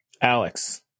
Alex